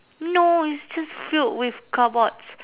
no it's just filled with cardboards